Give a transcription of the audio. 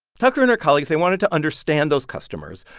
tucker and her colleagues they wanted to understand those customers,